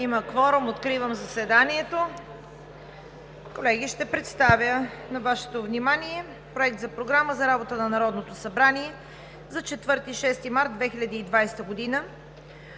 Има кворум. Откривам заседанието. Колеги, ще представя на Вашето внимание Проекта на програмата за работа на Народното събрание за 4 – 6 март 2020 г.